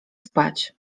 spać